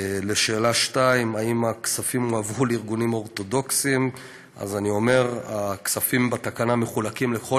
2. אני אומר: הכספים בתקנה מחולקים לכל